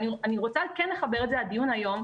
ואני רוצה כן לחבר את זה לדיון היום,